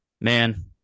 man